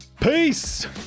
Peace